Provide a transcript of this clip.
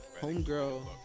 Homegirl